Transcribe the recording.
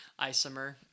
Isomer